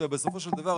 ובסופו של דבר,